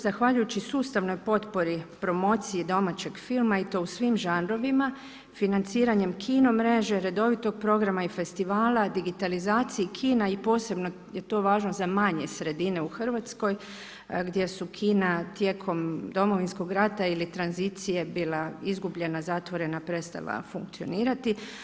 Zahvaljujući sustavnoj potpori promociji domaćeg filma i to u svim žanrovima financiranjem kino mreže, redovitog programa i festivala, digitalizaciji kina i posebno je to važno za manje sredine u Hrvatskoj gdje su kina tijekom Domovinskog rata ili tranzicije bila izgubljena, zatvorena, prestala funkcionirati.